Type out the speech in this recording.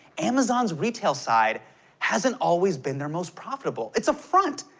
amazon's retail side hasn't always been their most profitable. it's a front!